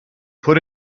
put